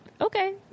okay